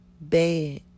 bad